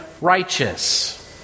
righteous